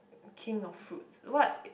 king of fruits what